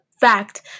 fact